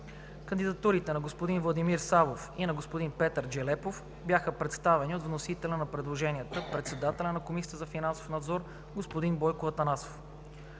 Кандидатурите на господин Владимир Савов и на господин Петър Джелепов бяха представени от вносителя на предложенията – председателя на Комисията за финансов надзор господин Бойко Атанасов.